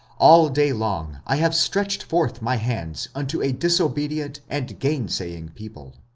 all day long i have stretched forth my hands unto a disobedient and gainsaying people.